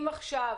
אם עכשיו